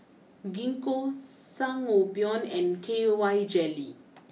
Gingko Sangobion and K Y Jelly